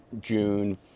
June